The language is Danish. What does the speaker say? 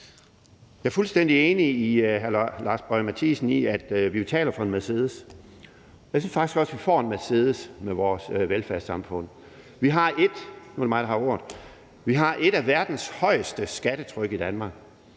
Boje Mathiesen i, at vi betaler for en Mercedes, men jeg synes faktisk også, at vi får en Mercedes med vores velfærdssamfund. Vi har i Danmark et af verdens højeste skattetryk. Vi har